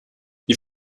die